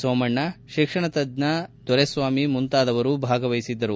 ಸೋಮಣ್ಣ ಶಿಕ್ಷಣತಜ್ಞ ದೊರೆಸ್ವಾಮಿ ಮುಂತಾದವರು ಭಾಗವಹಿಸಿದ್ದರು